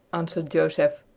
answered joseph,